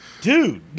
dude